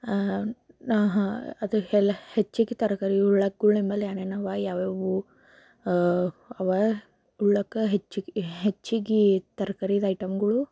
ಅದೇ ಎಲ್ಲ ಹೆಚ್ಚಿಗೆ ತರಕಾರಿ ಉಣ್ಣೋಕ್ಕುಳ ನಿಂಬಳಿ ಏನೇನಿವೆ ಯಾವಯಾವು ಇವೆ ಉಣ್ಣೋಕ್ಕೆ ಹೆಚ್ಚಿಗೆ ಹೆಚ್ಚಿಗೆ ತರಕಾರಿದು ಐಟಮ್ಗಳು